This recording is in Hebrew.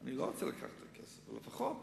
אני לא רוצה לקחת את הכסף, אבל לפחות